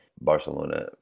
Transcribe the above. Barcelona